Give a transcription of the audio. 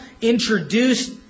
introduced